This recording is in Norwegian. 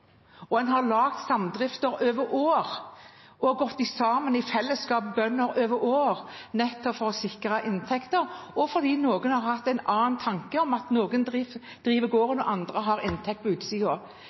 en har laget samdrifter over år, og bønder har gått sammen i fellesskap over år, nettopp for å sikre inntekter og fordi noen har hatt en annen tanke: at noen driver gården,